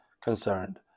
concerned